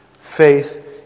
Faith